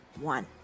one